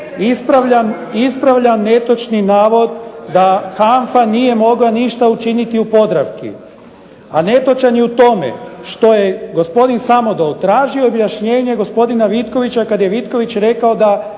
Ispravljam netočni navod da HANFA nije mogla ništa učiniti u Podravki. A netočan je u tome što je gospodin Samodol tražio objašnjenje gospodin Vitkovića kada je Vitković rekao da